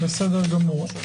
בסדר גמור.